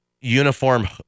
uniform